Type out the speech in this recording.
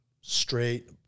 straight